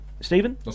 Stephen